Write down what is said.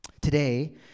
Today